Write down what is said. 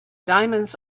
diamonds